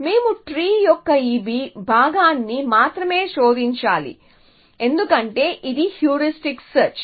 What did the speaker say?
మేము ట్రీ యొక్క ఈ భాగాన్ని మాత్రమే శోధించాలి ఎందుకంటే ఇది హ్యూరిస్టిక్ సెర్చ్